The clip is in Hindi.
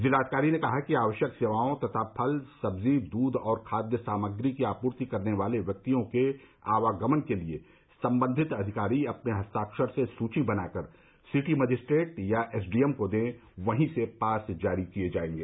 जिलाधिकारी ने कहा कि आवश्यक सेवाओं तथा फल सब्जी दूध और खाद्य साम्रगी की आपूर्ति करने वाले व्यक्तियों के आवागमन के लिए संबंधित अधिकारी अपने हस्ताक्षर से सूची बनाकर सिटी मजिस्ट्रेट या एसडीएम को दें वहीं से पास जारी किया जाएगा